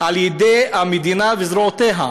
על-ידי המדינה וזרועותיה.